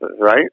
right